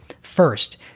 first